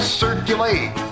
circulate